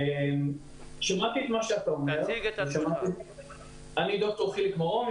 אני דוקטור חיליק מרום,